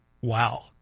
wow